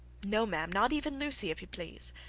no, ma'am, not even lucy if you please.